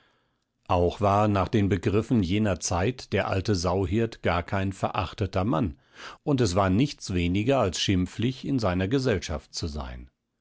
auch war nach den begriffen jener zeit der alte sauhirt gar kein verachteter mann und es war nichts weniger als schimpflich in seiner gesellschaft zu sein